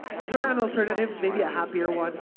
is there an alternative, maybe a happier one?